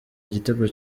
igitego